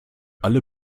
alle